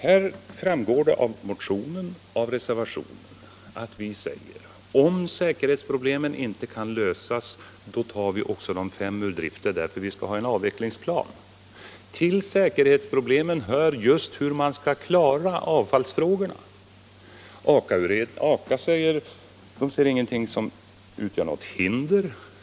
Det framgår av motioner och reservationer att vi säger: Om säkerhetsproblemen inte kan lösas tar vi också de fem kraftverken ur drift. Det är därför vi skall ha en avvecklingsplan. Till säkerhetsproblemen hör just hur man skall klara avfallsfrågorna. AKA-utredningen ser ingenting som utgör något hinder.